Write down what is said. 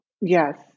Yes